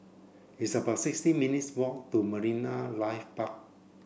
it's about sixteen minutes' walk to Marine Life Park